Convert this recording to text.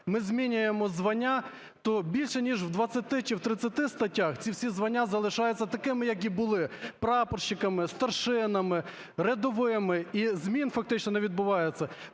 ми змінюємо звання, то більше ніж у двадцяти чи тридцяти статтях ці всі звання залишаються такими, як і були: прапорщиками, старшинами, рядовими. І змін фактично не відбувається.